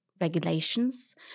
regulations